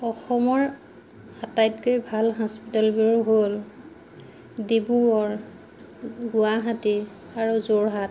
অসমৰ আটাইতকৈ ভাল হস্পিটেলবোৰ হ'ল ডিব্ৰুগড় গুৱাহাটী আৰু যোৰহাট